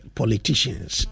politicians